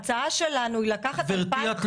ההצעה שלנו היא לקחת 2,500 --- גבירתי,